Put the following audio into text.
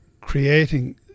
creating